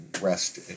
rest